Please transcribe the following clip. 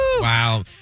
Wow